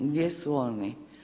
Gdje su oni?